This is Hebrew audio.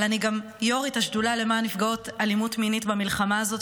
אני גם יו"רית השדולה למען נפגעות אלימות מינית במלחמה הזאת,